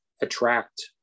attract